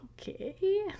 okay